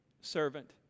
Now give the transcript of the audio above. Servant